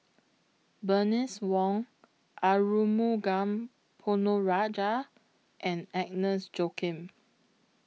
Bernice Wong Arumugam Ponnu Rajah and Agnes Joaquim